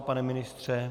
Pane ministře?